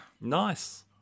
nice